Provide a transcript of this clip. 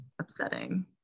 upsetting